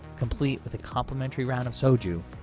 complete with a complimentary round of soju,